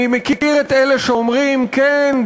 אני מכיר את אלה שאומרים: כן,